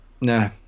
Nah